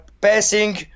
Passing